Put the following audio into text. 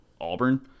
Auburn